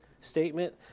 statement